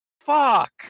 Fuck